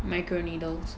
micro needles